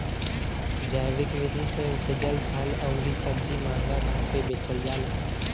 जैविक विधि से उपजल फल अउरी सब्जी महंगा दाम पे बेचल जाला